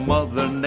Mother